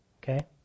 Okay